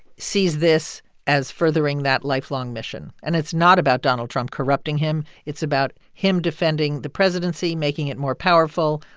sees this as furthering that lifelong mission. and it's not about donald trump corrupting him. it's about him defending the presidency, making it more powerful,